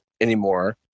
anymore